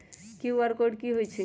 QR code कि हई छई?